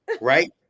Right